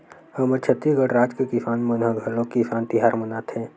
हमर छत्तीसगढ़ राज के किसान मन ह घलोक किसान तिहार मनाथे